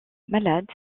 malade